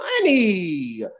money